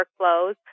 workflows